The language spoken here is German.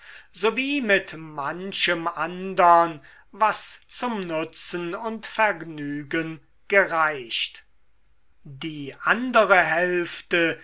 wie mit manchem andern was zum nutzen und vergnügen gereicht die andere hälfte